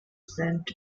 sent